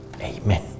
Amen